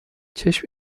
چشم